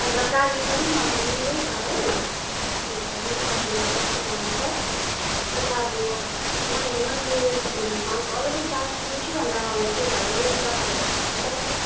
अन्त गाडी पनि अब मेरो छ हो अन्त म गरिदिनु सक्छु गर्नु त तर अब मैले मैले घुमाएको अलग्गै चार्ज लिन्छु अन्त होटेलहरू गाडीहरू अलग्गै